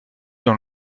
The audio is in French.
dans